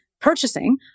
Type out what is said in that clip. purchasing